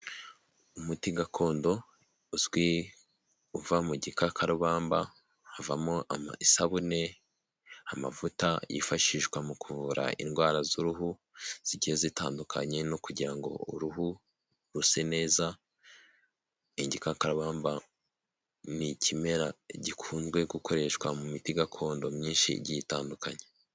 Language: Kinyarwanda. Umuti gakondo uzwi, uva mu gikakarubamba, havamo amasabune, amavuta yifashishwa mu kuvura indwara z'uruhu; zigiye zitandukanye no kugira ngo uruhu ruse neza. Igikakarubamba ni ikimera gikunzwe gukoreshwa mu miti gakondo myinshi, igiye itandukanye.